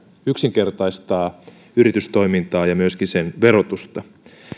yksinkertaistaa yritystoimintaa ja myöskin sen verotusta